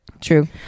true